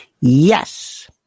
Yes